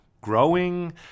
growing